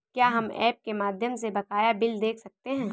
क्या हम ऐप के माध्यम से बकाया बिल देख सकते हैं?